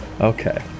Okay